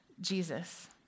Jesus